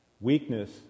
Weakness